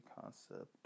concept